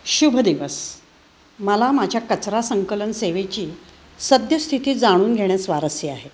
शुभ दिवस मला माझ्या कचरा संकलन सेवेची सद्यस्थिती जाणून घेण्यास स्वारस्य आहे